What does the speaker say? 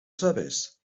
sabes